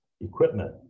equipment